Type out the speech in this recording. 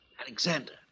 Alexander